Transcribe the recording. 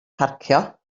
parcio